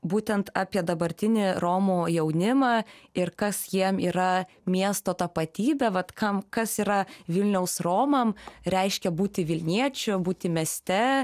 būtent apie dabartinį romų jaunimą ir kas jiem yra miesto tapatybė vat kam kas yra vilniaus romam reiškia būti vilniečiu būti mieste